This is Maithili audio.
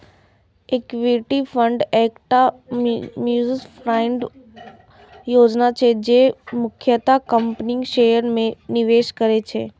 इक्विटी फंड एकटा म्यूचुअल फंड योजना छियै, जे मुख्यतः कंपनीक शेयर मे निवेश करै छै